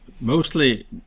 mostly